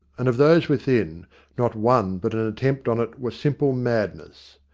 and of those within not one but an attempt on it were simple madness.